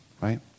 right